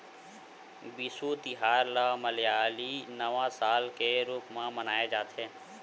बिसु तिहार ल मलयाली नवा साल के रूप म मनाए जाथे